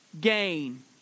gain